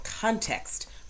context